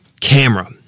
Camera